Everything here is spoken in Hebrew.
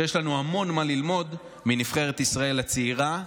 שיש לנו המון מה ללמוד מנבחרת ישראל הצעירה.